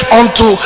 unto